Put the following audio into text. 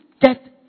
get